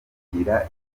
kwakira